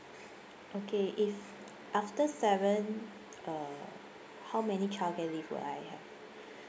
okay if after seven uh how many child care leave will I have